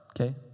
okay